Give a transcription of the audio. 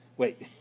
Wait